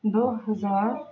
دو ہزار